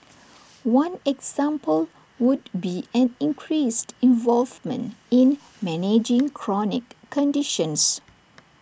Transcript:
one example would be an increased involvement in managing chronic conditions